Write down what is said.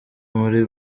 muri